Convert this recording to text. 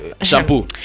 shampoo